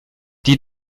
die